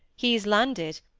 he's landed.